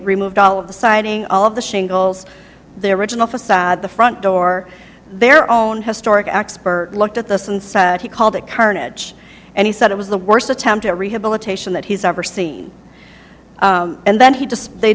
removed all of the siding all of the shingles their original facade the front door their own historic expert looked at this and said he called it carnage and he said it was the worst attempt at rehabilitation that he's ever seen and then he just they